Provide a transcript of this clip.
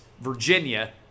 Virginia